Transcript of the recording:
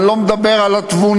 אני לא מדבר על התבונה,